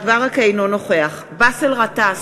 אינו נוכח באסל גטאס,